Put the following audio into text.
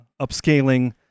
upscaling